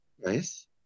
Nice